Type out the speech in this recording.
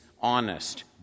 honest